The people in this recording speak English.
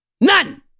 None